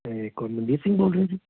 ਅਤੇ ਕੌਣ ਮਨਦੀਪ ਸਿੰਘ ਬੋਲ ਰਹੇ ਹੋ ਜੀ